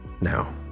now